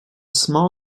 small